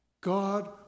God